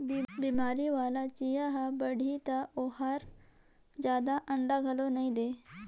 बेमारी वाला चिंया हर बाड़ही त ओहर जादा अंडा घलो नई दे